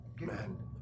Man